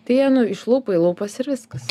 tai jie nu iš lūpų į lūpas ir viskas